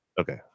okay